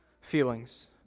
feelings